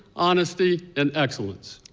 honesty and excellence.